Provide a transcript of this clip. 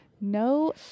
no